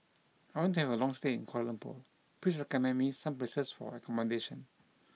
I want to have a long stay in Kuala Lumpur please recommend me some places for accommodation